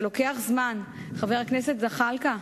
זה לוקח זמן, חבר הכנסת זחאלקה,